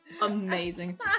amazing